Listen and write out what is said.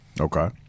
Okay